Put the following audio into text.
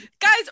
guys